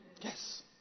Yes